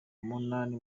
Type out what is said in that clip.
munani